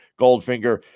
Goldfinger